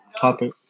topic